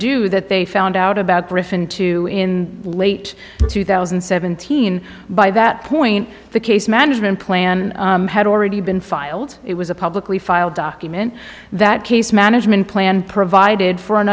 do that they found out about griffin two in late two thousand and seventeen by that point the case management plan had already been filed it was a publicly filed document that case management plan provided for an